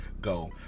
go